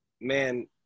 man